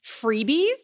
freebies